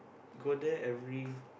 go there every